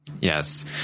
Yes